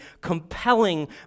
compelling